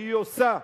והיא עושה,